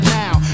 now